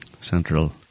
Central